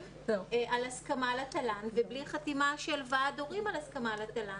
על הסכמה לתל"ן ובלי חתימה של ועד הורים על הסכמה על התל"ן.